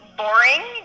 boring